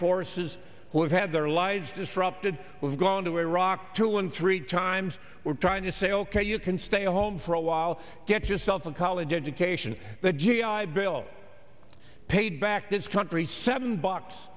forces who've had their lives disrupted we've gone to iraq two and three times we're trying to say ok you can stay home for a while get yourself a college education the g i bill paid back this country seven bucks